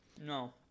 no